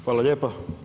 Hvala lijepa.